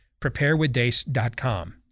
preparewithdace.com